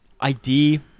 ID